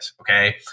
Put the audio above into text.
okay